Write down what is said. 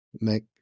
make